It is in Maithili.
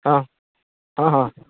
हँ हँ हँ